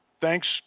Thanks